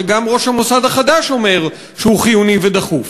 שגם ראש המוסד החדש אומר שהוא חיוני ודחוף.